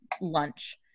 lunch